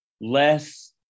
less